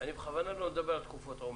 שים לב, אני בכוונה לא מדבר על תקופת עומס.